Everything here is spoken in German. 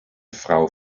frau